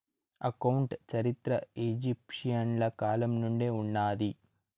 account చరిత్ర ఈజిప్షియన్ల కాలం నుండే ఉన్నాది